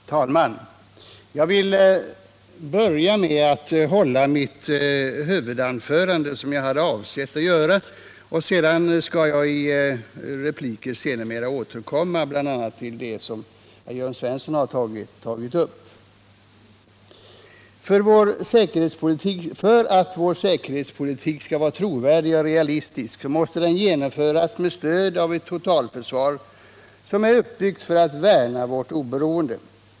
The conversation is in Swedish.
Herr talman! Jag vill börja med det huvudanförande som jag hade avsett att hålla och skall sedermera i repliker återkomma bl.a. till det som herr Jörn Svensson har tagit upp. För att vår säkerhetspolitik skall vara trovärdig och realistisk måste den genomföras med stöd av ett totalförsvar som är uppbyggt för att värna vårt oberoende.